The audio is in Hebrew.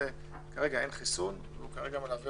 כרגע אין חיסון לנגיף הזה והוא מלווה